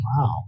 Wow